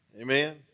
Amen